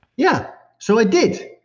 yeah, so i did.